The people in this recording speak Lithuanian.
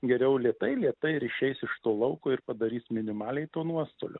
geriau lėtai lėtai ir išeis iš to lauko ir padarys minimaliai to nuostolio